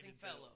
fellow